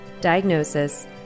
diagnosis